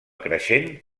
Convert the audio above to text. creixent